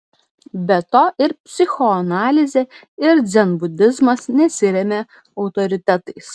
be to ir psichoanalizė ir dzenbudizmas nesiremia autoritetais